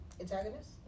antagonist